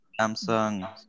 Samsung